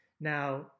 Now